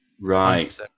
Right